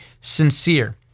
sincere